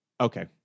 Okay